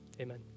Amen